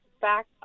back